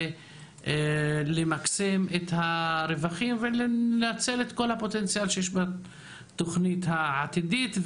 למקסם את הרווחים ולנצל את כל הפוטנציאל שיש בתוכנית העתידית.